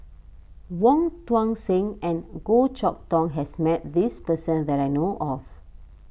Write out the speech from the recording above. Wong Tuang Seng and Goh Chok Tong has met this person that I know of